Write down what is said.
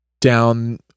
down